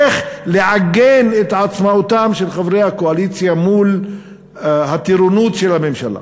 איך לעגן את עצמאותם של חברי הקואליציה מול הטירונות של הממשלה,